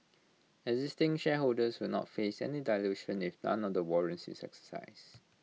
existing shareholders will not face any dilution if none of the warrants is exercised